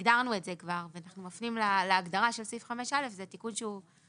שהגדרנו את זה כבר ואנחנו מפנים להגדרה של סעיף 5א זה תיקון של נוסח,